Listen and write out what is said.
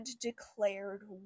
declared